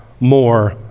more